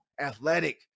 athletic